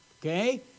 okay